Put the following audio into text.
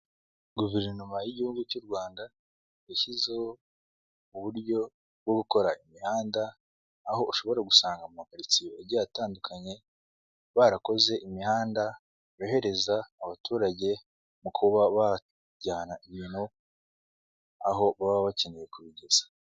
Guverinoma y'igihugu cy'u Rwanda yashyizeho uburyo bwo gukora imihanda aho ushobora gusanga mu ma karitsiye agiye atandukanye barakoze imihanda yohereza abaturage mu kuba bajyana ibintu aho baba bakeneye kubigeza.